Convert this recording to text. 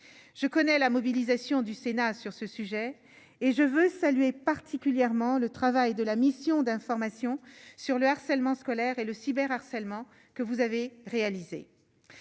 je connais la mobilisation du Sénat sur ce sujet et je veux saluer particulièrement le travail de la mission d'information sur le harcèlement scolaire et le cyber harcèlement que vous avez réalisé